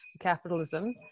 capitalism